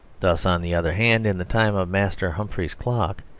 thus, on the other hand, in the time of master humphrey's clock,